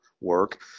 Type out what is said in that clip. work